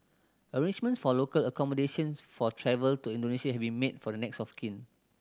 arrangement for local accommodations for travel to Indonesia have been made for the next of kin